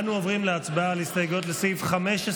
אנו עוברים להצבעה על ההסתייגויות לסעיף 15,